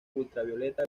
ultravioleta